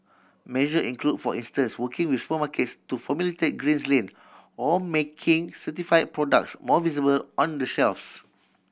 measure include for instance working with supermarkets to formulate greens lane or making certified products more visible on the shelves